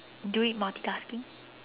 do it multitasking